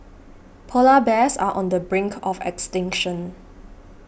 Polar Bears are on the brink of extinction